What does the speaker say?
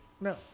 No